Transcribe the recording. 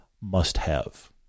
must-have